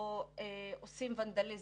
שעושים ונדליזם,